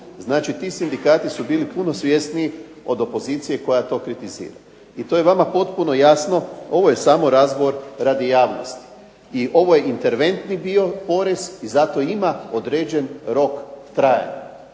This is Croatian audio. Znači, ti sindikati su bili puno svjesniji od opozicije koja to kritizira. I to je vama potpuno jasno, ovo je samo razgovor radi javnosti. I ovo je interventni dio, porez, i zato ima određen rok trajanja.